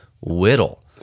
whittle